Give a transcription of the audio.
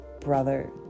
brother